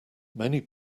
many